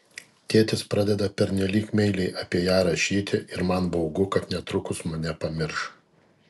tėtis pradeda pernelyg meiliai apie ją rašyti ir man baugu kad netrukus mane pamirš